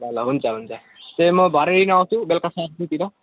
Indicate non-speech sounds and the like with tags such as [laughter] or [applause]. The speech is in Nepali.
ल ल हुन्छ हुन्छ ए म भरे आउँछु बेलुकासम्म [unintelligible] तिर